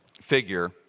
figure